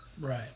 Right